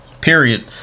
Period